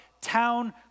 town